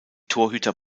torhüter